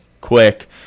quick